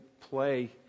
play